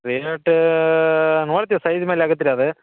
ನೋಡ್ತೀವಿ ಸೈಜ್ ಮೇಲೆ ಆಗುತ್ತೆ ರಿ ಅದು